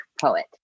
poet